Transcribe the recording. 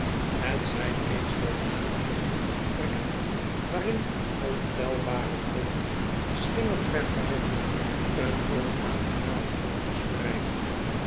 het zijn meestal lage vochtiga vertrekken waarin ontelbare rollen sehimmelig perkament een onaangenamen geur verspreiden